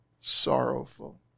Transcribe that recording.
sorrowful